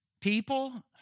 People